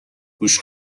گوش